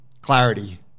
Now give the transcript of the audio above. clarity